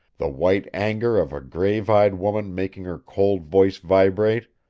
the white anger of a grave-eyed woman making her cold voice vibrate,